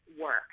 work